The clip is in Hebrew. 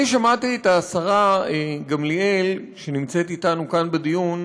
אני שמעתי את השרה גמליאל, שנמצאת אתנו כאן בדיון,